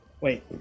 Wait